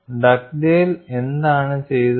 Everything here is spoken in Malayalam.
ഡഗ്ഡേൽ എന്താണ് ചെയ്തത്